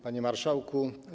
Panie Marszałku!